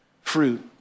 fruit